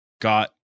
got